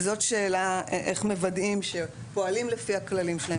וזאת שאלה איך מוודאים שפועלים לפי הכללים שלהם